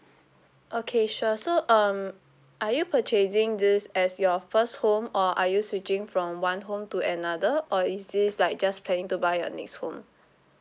okay sure so um are you purchasing this as your first home or are you switching from one home to another or is this like just planning to buy a next home